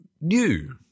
new